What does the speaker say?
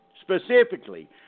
specifically